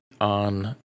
on